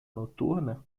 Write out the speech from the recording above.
noturna